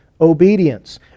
obedience